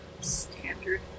Standard